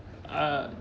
ah